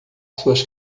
suas